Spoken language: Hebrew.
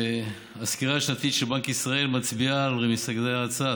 הסקירה השנתית של בנק ישראל מצביעה על רמיסת העסקים הקטנים,